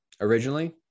originally